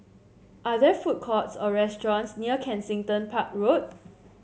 are there food courts or restaurants near Kensington Park Road